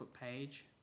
page